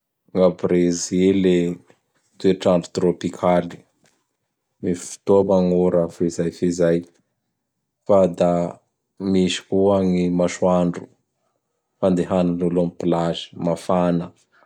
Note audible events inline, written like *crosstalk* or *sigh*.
A Brezily, toetr'andro trôpikaly. *noise* Misy *noise* fotoa magnora *noise* fezay fezay fa da misy koa gny masoandro fandehan'olo am plazy. Mafana!